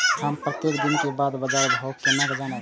हम प्रत्येक दिन के बाद बाजार भाव केना जानब?